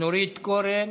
נורית קורן.